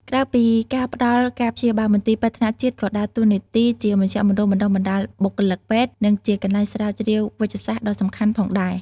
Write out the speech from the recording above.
ក្រៅពីការផ្តល់ការព្យាបាល មន្ទីរពេទ្យថ្នាក់ជាតិក៏ដើរតួនាទីជាមជ្ឈមណ្ឌលបណ្តុះបណ្តាលបុគ្គលិកពេទ្យ និងជាកន្លែងស្រាវជ្រាវវេជ្ជសាស្ត្រដ៏សំខាន់ផងដែរ។